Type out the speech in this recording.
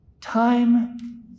time